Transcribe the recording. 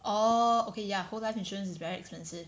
orh okay ya whole life insurance is very expensive